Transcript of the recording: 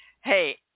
Hey